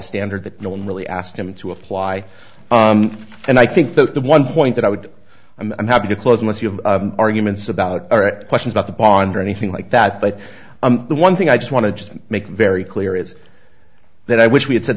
standard that no one really asked him to apply and i think that the one point that i would i'm happy to close unless you have arguments about questions about the bond or anything like that but the one thing i just want to just make very clear is that i wish we had said